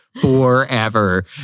forever